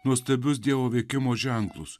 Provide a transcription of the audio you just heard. nuostabius dievo veikimo ženklus